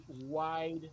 wide